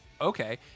okay